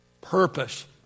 purpose